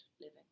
living